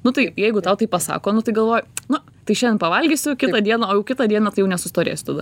nu tai jeigu tau taip pasako nu tai galvoji nu tai šiandien pavalgysiu kitą dieną o jau kitą dieną tai jau nesustorėsiu tada